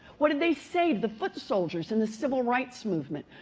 what did they save the foot soldiers in the civil rights movement?